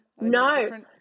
No